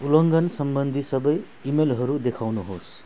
उल्लङ्घन सम्बन्धी सब इमेलहरू देखाउनु होस्